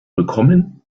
bekommen